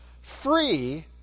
free